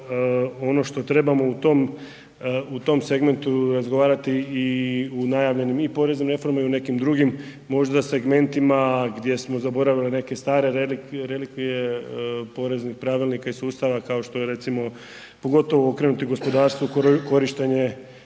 ono što trebamo u tom segmentu razgovarati i u najavljenim poreznim reformama i u nekim drugim segmentima gdje smo zaboravili neke stare relikvije poreznih pravilnika i sustav kao što je recimo pogotovo okrenuti gospodarstvu, korištenje